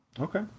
Okay